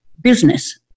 business